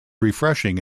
refreshing